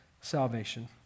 salvation